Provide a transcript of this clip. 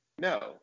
no